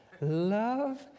love